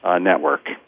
network